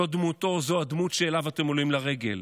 זו דמותו, זו הדמות שאליה אתם עולים לרגל.